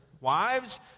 wives